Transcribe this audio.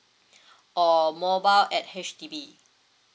or mobile at H_D_B